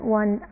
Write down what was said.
one